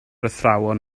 athrawon